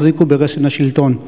החזיקו ברסן השלטון: